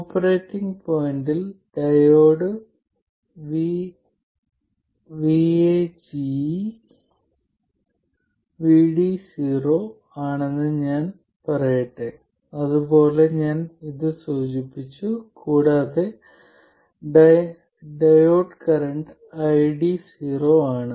operating പോയിന്റിൽ diode Vage VD0 ആണെന്ന് ഞാൻ പറയട്ടെ ഞാൻ ഇതുപോലെ സൂചിപ്പിച്ചു കൂടാതെ ഡയോഡ് കറന്റ് ID0 ആണ്